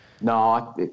No